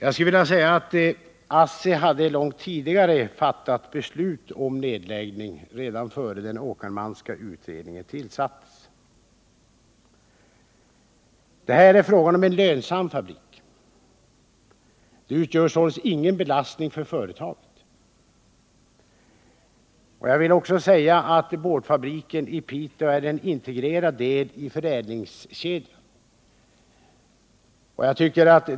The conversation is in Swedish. ASSI hade i själva verket redan innan den Åkermanska utredningen tillsattes fattat beslut om en nedläggning. Det är här fråga om en lönsam fabrik, och den utgör således ingen belastning för företaget. Boardfabriken i Piteå är dessutom en integrerad del av förädlingskedjan.